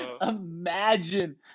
imagine